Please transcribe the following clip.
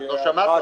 כי מה,